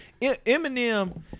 Eminem